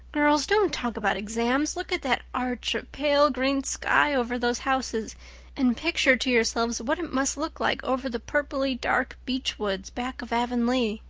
girls, don't talk about exams! look at that arch of pale green sky over those houses and picture to yourself what it must look like over the purply-dark beech-woods back of avonlea.